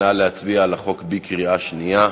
נא להצביע על הצעת החוק בקריאה שנייה.